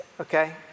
okay